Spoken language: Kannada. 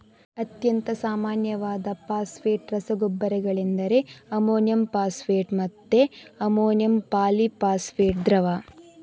ಅತ್ಯಂತ ಸಾಮಾನ್ಯವಾದ ಫಾಸ್ಫೇಟ್ ರಸಗೊಬ್ಬರಗಳೆಂದರೆ ಅಮೋನಿಯಂ ಫಾಸ್ಫೇಟ್ ಮತ್ತೆ ಅಮೋನಿಯಂ ಪಾಲಿ ಫಾಸ್ಫೇಟ್ ದ್ರವ